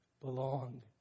belong